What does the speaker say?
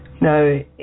No